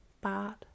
bad